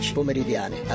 pomeridiane